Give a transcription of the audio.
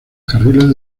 carriles